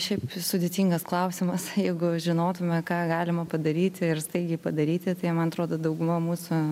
šiaip sudėtingas klausimas jeigu žinotume ką galima padaryti ir staigiai padaryti tai man atrodo dauguma mūsų